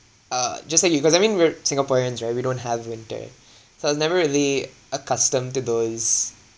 uh just say you cause I mean we're singaporeans right we don't have winter so I was never really accustomed to those